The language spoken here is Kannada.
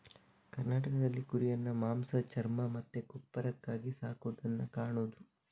ಕರ್ನಾಟಕದಲ್ಲಿ ಕುರಿಯನ್ನ ಮಾಂಸ, ಚರ್ಮ ಮತ್ತೆ ಗೊಬ್ಬರಕ್ಕಾಗಿ ಸಾಕುದನ್ನ ಕಾಣುದು